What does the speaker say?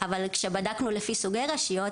אבל כשבדקנו לפי סוגי רשויות,